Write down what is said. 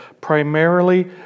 primarily